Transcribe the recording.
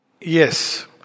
Yes